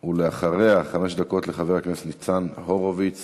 ולאחריה, חמש דקות לחבר הכנסת ניצן הורוביץ